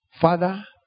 Father